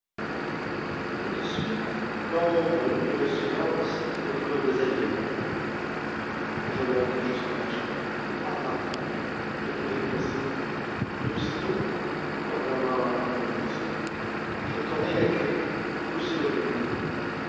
tout de suite l'ombre et le silence me furent désagréables je montai jusqu'à ma chambre à tâtons le plus vite possible et aussitôt contrairement à mon habitude je tournai la clef et poussai le verrou